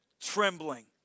trembling